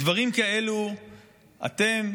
מדברים כאלה אתם,